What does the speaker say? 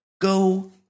go